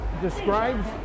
describes